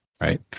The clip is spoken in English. right